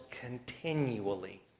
continually